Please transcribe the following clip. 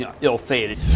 ill-fated